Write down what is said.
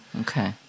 okay